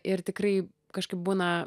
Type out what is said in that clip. ir tikrai kažkaip būna